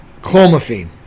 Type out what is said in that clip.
clomiphene